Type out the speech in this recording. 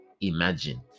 imagine